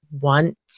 want